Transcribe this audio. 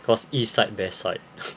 cause east side their side